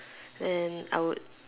then I would